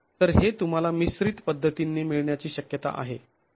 तर हे तुम्हाला मिश्रित पद्धतींनी मिळण्याची शक्यता आहे